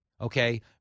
Okay